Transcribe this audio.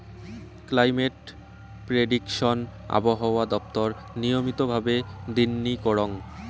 climate prediction আবহাওয়া দপ্তর নিয়মিত ভাবে দিননি করং